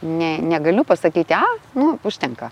ne negaliu pasakyti a nu užtenka